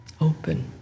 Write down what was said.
open